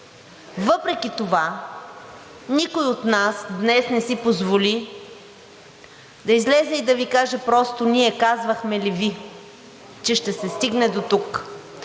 Въпреки това никой от нас днес не си позволи да излезе и да Ви каже просто: „Ние казвахме ли Ви, че ще се стигне дотук?“